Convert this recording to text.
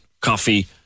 coffee